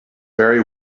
very